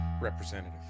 representative